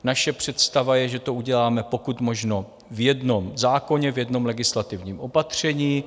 Naše představa je, že to uděláme pokud možno v jednom zákoně, v jednom legislativním opatření.